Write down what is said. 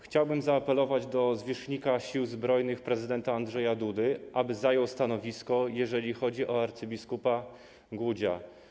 Chciałbym zaapelować do zwierzchnika Sił Zbrojnych prezydenta Andrzeja Dudy, aby zajął stanowisko, jeżeli chodzi o abp. Głódzia.